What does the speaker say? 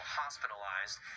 hospitalized